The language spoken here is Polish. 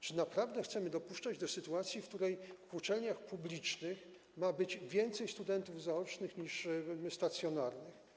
Czy naprawdę chcemy dopuszczać do sytuacji, w której w uczelniach publicznych ma być więcej studentów zaocznych niż stacjonarnych?